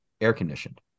air-conditioned